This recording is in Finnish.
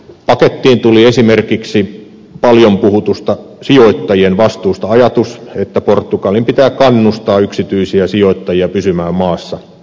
pakettiin tuli esimerkiksi paljon puhutusta sijoittajien vastuusta ajatus että portugalin pitää kannustaa yksityisiä sijoittajia pysymään maassa